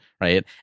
right